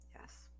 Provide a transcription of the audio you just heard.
Yes